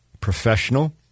professional